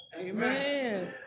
Amen